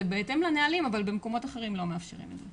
אז זה בהתאם לנהלים אבל במקומות אחרים לא מאפשרים את זה.